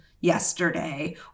Yesterday